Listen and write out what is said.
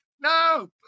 No